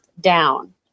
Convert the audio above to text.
down